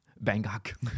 Bangkok